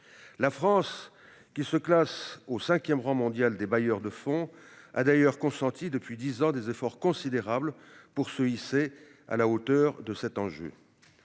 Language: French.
La France, qui se classe au cinquième rang mondial des bailleurs de fonds, a d'ailleurs consenti depuis dix ans des efforts considérables pour se hisser à la hauteur cet enjeu.